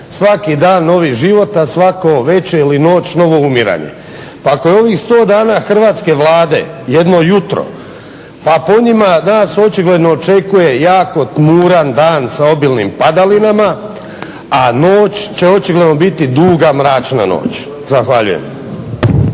svaki dan novi život, a svako večer ili noć novo umiranje. Pa ako je ovih 100 dana Hrvatske vlade jedno jutro, a po njima nas očigledno očekuje jako tmuran dan sa obilnim padalinama, a noć će očigledno biti duga mračna noć. Zahvaljujem.